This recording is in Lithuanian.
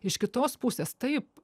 iš kitos pusės taip